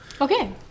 Okay